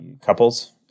couples